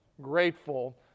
grateful